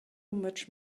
much